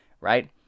Right